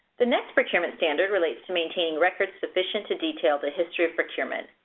the next procurement standard relates to maintaining records sufficient to detail the history of procurement.